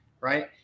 right